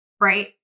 Right